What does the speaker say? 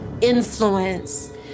influence